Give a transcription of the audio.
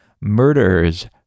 Murderers